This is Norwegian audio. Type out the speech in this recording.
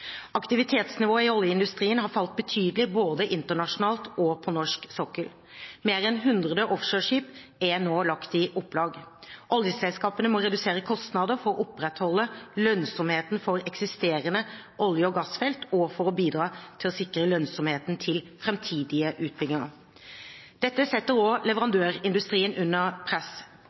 Aktivitetsnivået i oljeindustrien har falt betydelig både internasjonalt og på norsk sokkel. Mer enn 100 offshoreskip er nå lagt i opplag. Oljeselskapene må redusere kostnader for å opprettholde lønnsomheten for eksisterende olje- og gassfelt og for å bidra til å sikre lønnsomheten til framtidige utbygginger. Dette setter også leverandørindustrien under press.